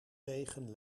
wegen